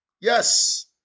Yes